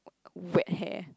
wet hair